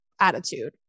attitude